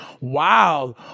Wow